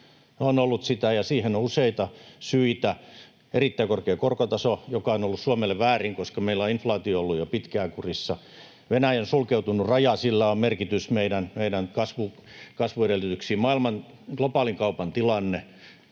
on ollut sitä, ja siihen on useita syitä: Erittäin korkea korkotaso, joka on ollut Suomelle väärin, koska meillä on inflaatio ollut jo pitkään kurissa. Venäjän sulkeutunut raja, millä on merkitys meidän kasvuedellytyksiin. Globaalin kaupan tilanne.